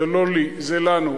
זה לא לי, זה לנו.